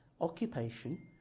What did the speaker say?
occupation